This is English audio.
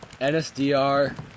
NSDR